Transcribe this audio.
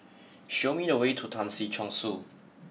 show me the way to Tan Si Chong Su